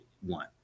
one